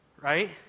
right